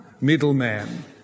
middleman